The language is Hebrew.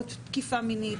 נפגעות תקיפה מינית.